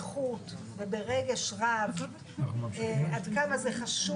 אם אנחנו ענייניים באיזושהי מידה,